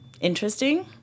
interesting